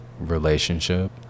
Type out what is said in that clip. relationship